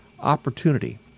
opportunity